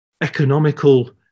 economical